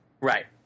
Right